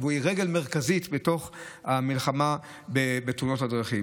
היא רגל מרכזית בתוך המלחמה בתאונות הדרכים.